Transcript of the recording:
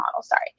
Sorry